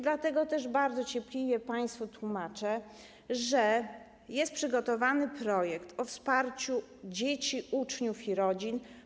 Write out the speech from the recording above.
Dlatego też bardzo cierpliwie państwu tłumaczę, że jest przygotowany projekt o wsparciu dzieci, uczniów i rodzin.